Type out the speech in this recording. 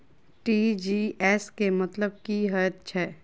TGS केँ मतलब की हएत छै?